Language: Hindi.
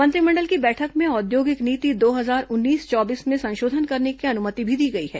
मंत्रिमंडल की बैठक में औद्योगिक नीति दो हजार उन्नीस चौबीस में संशोधन करने की अनुमति भी दी गई है